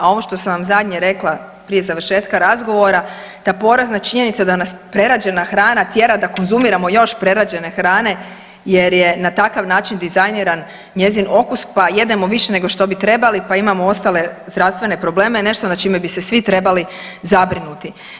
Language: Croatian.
A ovo što sam vam zadnje rekla prije završetka razgovora, ta porazna činjenica da nas prerađena hrana tjera da konzumiramo još prerađene hrane jer je na takav način dizajniran njezin okus, pa jedemo više nego što bi trebali, pa imamo ostale zdravstvene probleme, nešto nad čime bi se svi trebali zabrinuti.